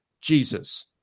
Jesus